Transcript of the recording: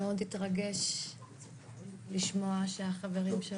מאוד התרגש לשמוע שהחברים שלו.